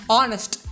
Honest